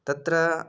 तत्र